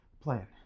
Plan